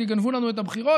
כי גנבו לנו את הבחירות,